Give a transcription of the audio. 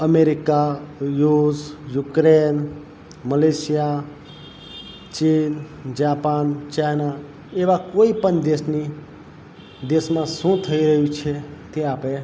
America રુસ Ukraine Malaysia ચીન Japan China એવા કોઈપણ દેશની દેશમાં શું થઈ રહ્યું છે તે આપણે